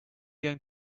going